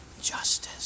justice